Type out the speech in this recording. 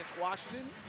Washington